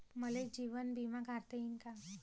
मले जीवन बिमा काढता येईन का?